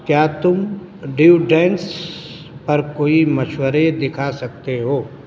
کیا تم ڈیوڈنس پر کوئی مشورے دکھا سکتے ہو